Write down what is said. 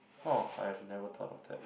oh I have never thought of that